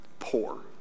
poor